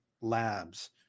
labs